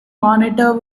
monitor